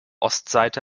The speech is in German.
ostseite